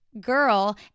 girl